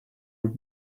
with